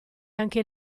anche